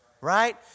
right